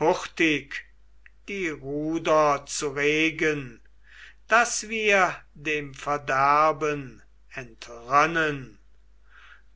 hurtig die ruder zu regen daß wir dem verderben entrönnen